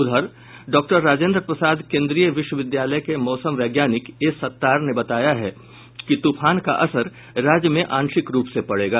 उधर डॉक्टर राजेंद्र प्रसाद केंद्रीय विश्वविद्यालय के मौसम वैज्ञानिक ए सत्तार ने बताया है कि तूफान का असर राज्य में आंशिक रूप से पड़ेगा